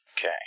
Okay